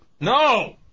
No